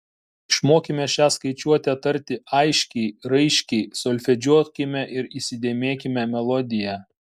išmokime šią skaičiuotę tarti aiškiai raiškiai solfedžiuokime ir įsidėmėkime melodiją